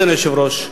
אדוני היושב-ראש,